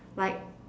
like